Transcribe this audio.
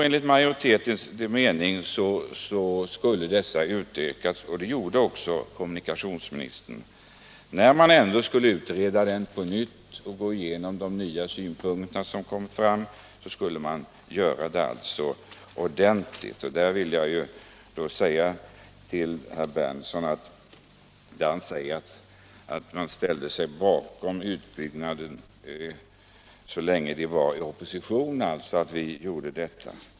Enligt majoritetens mening skulle dessa utvidgas, och kommunikationsministern gav också ytterligare direktiv. När man ändå skulle utreda frågan på nytt och gå igenom de nya synpunkter som kom fram skulle man göra det ordentligt. Herr Berndtson säger att vi ställde oss bakom utbyggnaden så länge vi var i opposition.